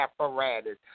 apparatus